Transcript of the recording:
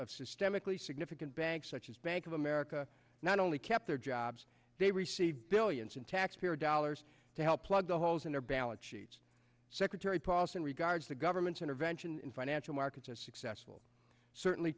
of systemically significant banks such as bank of america not only kept their jobs they received billions in taxpayer dollars to help plug the holes in their balance sheets secretary paulson regards the government's intervention in financial markets as successful certainly